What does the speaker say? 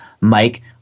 Mike